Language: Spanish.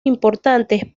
importantes